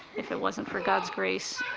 if it wasn't for god's grace,